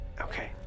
Okay